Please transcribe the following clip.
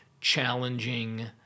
challenging